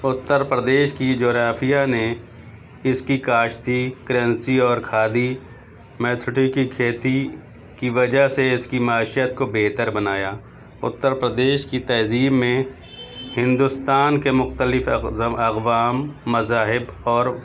اتر پردیش کی جغرافیہ نے اس کی کاشتی کرنسی اور کھادی میتھوٹی کی کھیتی کی وجہ سے اس کی معشیت کو بہتر بنایا اتر پردیش کی تہذیب میں ہندوستان کے مختلف اقوام مذاہب اور